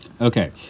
Okay